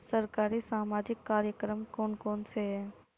सरकारी सामाजिक कार्यक्रम कौन कौन से हैं?